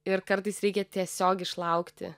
ir kartais reikia tiesiog išlaukti